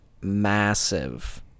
massive